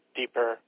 deeper